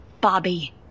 Bobby